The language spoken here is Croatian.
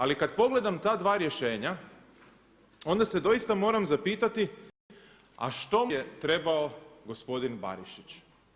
Ali kad pogledam ta dva rješenja, onda se doista moram zapitati a što mu je trebao gospodin Barišić.